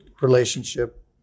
relationship